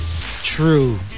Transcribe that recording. true